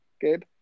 Gabe